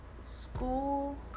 School